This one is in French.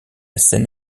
scène